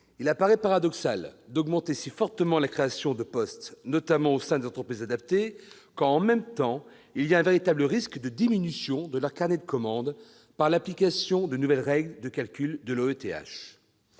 Il paraît paradoxal d'augmenter si fortement la création de postes, notamment au sein des entreprises adaptées, quand, en même temps, il y a un véritable risque de diminution de leurs carnets de commandes, par l'application des nouvelles règles de calcul de l'OETH.